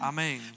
Amen